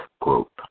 Group